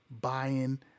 buying